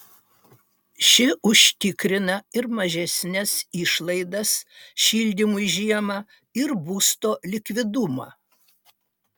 ši užtikrina ir mažesnes išlaidas šildymui žiemą ir būsto likvidumą